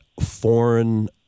foreign